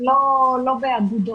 לא באגודות.